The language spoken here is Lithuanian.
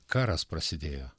karas prasidėjo